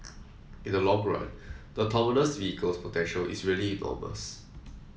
in the long run the autonomous vehicles potential is really enormous